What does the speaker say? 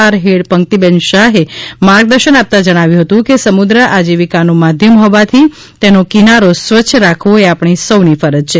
R head પંક્તિબેન શાહે માર્ગદર્શન આપતાં જણાવ્યું હતું કે સમુદ્ર આજીવિકાનું માધ્યમ હોવાથી તેનો કિનારો સ્વચ્છ રાખવો એ આપણી સૌની ફરજ છે